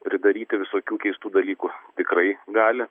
pridaryti visokių keistų dalykų tikrai gali